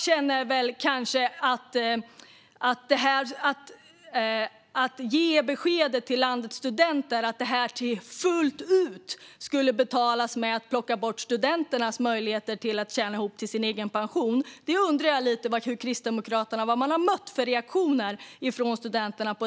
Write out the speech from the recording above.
När det gäller beskedet till landets studenter att detta fullt ut skulle betalas genom att man plockar bort studenternas möjligheter att tjäna ihop till sin egen pension undrar jag lite grann vilka reaktioner Kristdemokraterna har mött från studenterna.